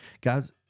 Guys